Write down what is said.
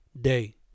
day